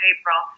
April